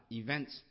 events